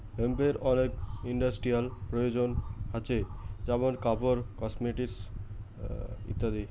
হেম্পের অনেক ইন্ডাস্ট্রিয়াল প্রয়োজন হাছে যেমন কাপড়, কসমেটিকস ইত্যাদি